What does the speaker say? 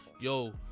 Yo